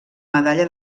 medalla